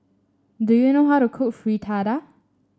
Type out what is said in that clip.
do you know how to cook Fritada